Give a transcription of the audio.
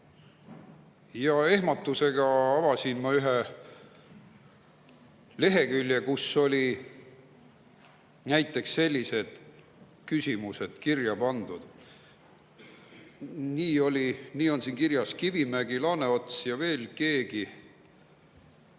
Ehmatusega avasin ma ühe lehekülje, kus olid näiteks sellised küsimused kirja pandud. Nii on seal kirjas. Kivimägi, Laaneots ja veel keegi.